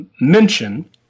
mention